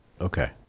Okay